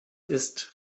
ist